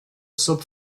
sub